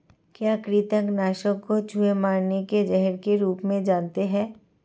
क्या कृतंक नाशक को चूहे मारने के जहर के रूप में जानते हैं?